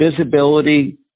visibility